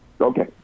Okay